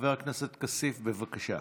חבר הכנסת כסיף, בבקשה.